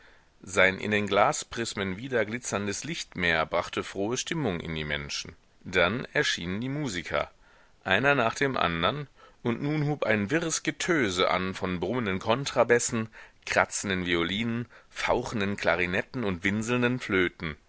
sein in den glasprismen widerglitzerndes lichtmeer brachte frohe stimmung in die menschen dann erschienen die musiker einer nach dem andern und nun hub ein wirres getöse an von brummenden kontrabässen kratzenden violinen fauchenden klarinetten und winselnden flöten